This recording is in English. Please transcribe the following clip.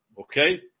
okay